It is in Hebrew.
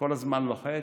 אני כל הזמן לוחץ,